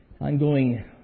ongoing